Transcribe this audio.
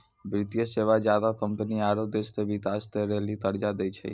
वित्तीय सेवा ज्यादा कम्पनी आरो देश के बिकास के लेली कर्जा दै छै